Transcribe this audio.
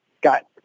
got